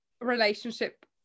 relationship